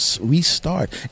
restart